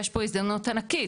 יש פה הזדמנות ענקית,